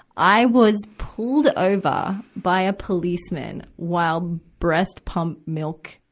i was pulled over by a policeman while breast pump milk,